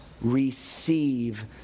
receive